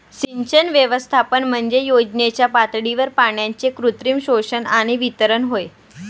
सिंचन व्यवस्थापन म्हणजे योजनेच्या पातळीवर पाण्याचे कृत्रिम शोषण आणि वितरण होय